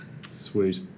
Sweet